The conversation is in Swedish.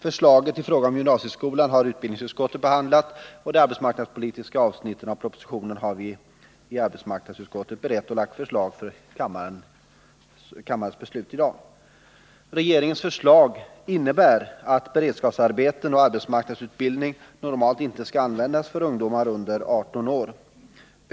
Förslaget i fråga om gymnasieskolan har utbildningsutskottet behandlat, och de arbetsmarknadspolitiska avsnitten av propositionen har vi i arbetsmarknadsutskottet berett. Våra förslag förelig ger för kammarens beslut i dag. Regeringens förslag innebär att beredskapsarbeten och arbetsmarknadsutbildning normalt inte skall användas för ungdomar under 18 år.